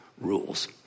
rules